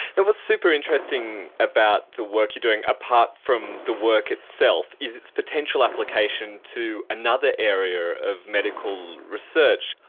it. what's super interesting about the work you're doing, apart from the work itself, is its potential application to another area of medical research.